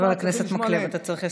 חבר הכנסת מקלב, אתה צריך לסיים.